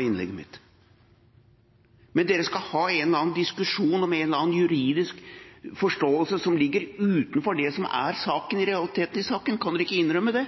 innlegget mitt. Men de skal ha en eller annen diskusjon om en eller annen juridisk forståelse som ligger utenfor det som er realitetene i saken. Kan de ikke innrømme det,